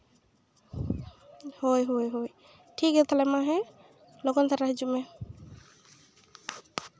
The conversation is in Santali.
ᱦᱳᱭ ᱦᱳᱭ ᱦᱳᱭ ᱴᱷᱤᱠᱜᱮᱭᱟ ᱛᱟᱦᱚᱞᱮ ᱢᱟ ᱦᱮᱸ ᱞᱚᱜᱚᱱ ᱫᱷᱟᱨᱟ ᱦᱤᱡᱩᱜ ᱢᱮ